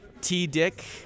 T-Dick